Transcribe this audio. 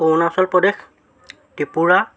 Arunachal Pradesh Tripura